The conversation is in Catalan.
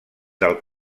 del